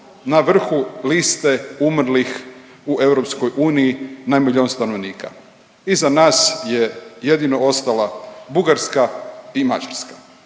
na vrhu liste umrlih u EU na milijun stanovnika. Iza nas je jedino ostala Bugarska i Mađarska.